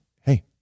Hey